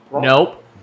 Nope